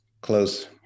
close